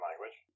language